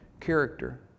character